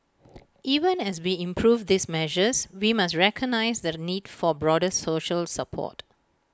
even as we improve these measures we must recognise the need for broader social support